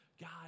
God